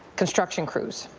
construction crews.